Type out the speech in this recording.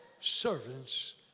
Servants